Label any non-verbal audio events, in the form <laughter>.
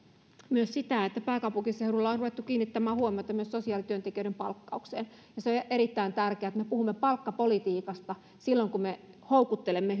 myös siitä että pääkaupunkiseudulla on ruvettu kiinnittämään huomiota myös sosiaalityöntekijöiden palkkaukseen ja on erittäin tärkeää että me puhumme palkkapolitiikasta silloin kun me houkuttelemme <unintelligible>